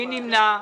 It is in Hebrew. מי נמנע?